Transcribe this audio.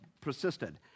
persisted